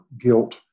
guilt